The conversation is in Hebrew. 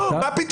לא, מה פתאום.